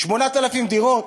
8,000 דירות?